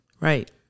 Right